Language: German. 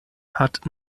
hat